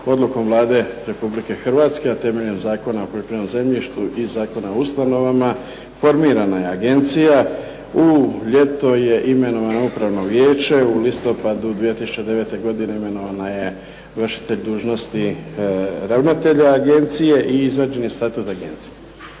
odlukom Vlade Republike Hrvatske, a temeljem Zakona o poljoprivrednom zemljištu i Zakona o ustanovama formirana je agencija. U ljeto je imenovano upravno vijeće, u listopadu 2009. godine imenovana je vršitelj dužnosti ravnatelja agencija i izrađen je statut agencije.